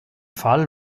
fall